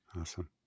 awesome